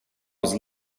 was